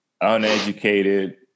uneducated